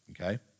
okay